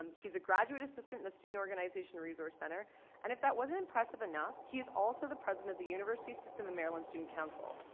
um he's a graduate assistant in the student organization resource center and if that wasn't impressive enough, he's also the president of the university of maryland student council.